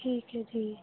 ਠੀਕ ਹੈ ਜੀ